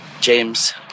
James